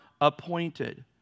appointed